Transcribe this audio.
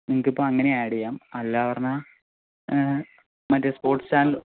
നിങ്ങൾക്കിപ്പോൾ അങ്ങനേയും ആഡ് ചെയ്യാം അല്ല പറഞ്ഞാൽ മറ്റേ സ്പോർട്സ് ചാനൽ